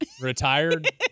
Retired